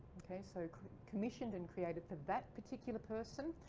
okay, so commissioned and created that particular person,